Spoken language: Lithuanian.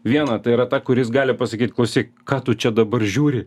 vieną tai yra tą kuris gali pasakyt klausyk ką tu čia dabar žiūri